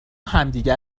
همدیگه